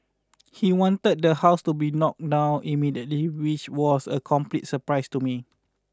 he wanted the house to be knocked down immediately which was a complete surprise to me